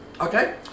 Okay